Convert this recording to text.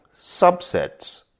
subsets